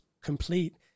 complete